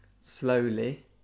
slowly